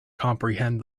comprehend